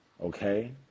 Okay